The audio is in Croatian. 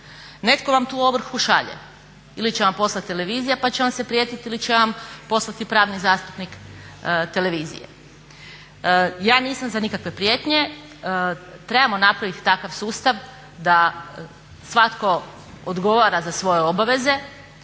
Netko vam tu ovrhu šalje ili će vam poslati Televizija pa će vam se prijetiti ili će vam poslati pravni zastupnik Televizije. Ja nisam za nikakve prijetnje, trebamo napraviti takav sustava da svatko odgovora za svoje obaveze,